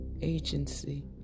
Agency